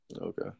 Okay